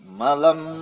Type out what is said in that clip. Malam